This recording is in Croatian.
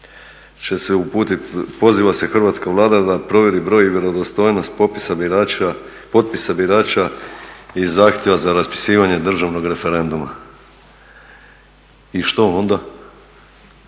će se uputiti, poziva se hrvatska Vlada da provjeri broj i vjerodostojnost potpisa birača i zahtjeva za raspisivanje državnog referenduma. I što onda?